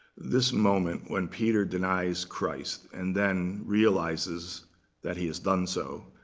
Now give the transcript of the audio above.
this moment when peter denies christ, and then realizes that he has done so,